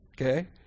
Okay